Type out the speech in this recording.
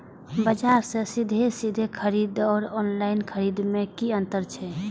बजार से सीधे सीधे खरीद आर ऑनलाइन खरीद में की अंतर छै?